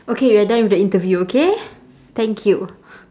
okay we are done with the interview okay thank you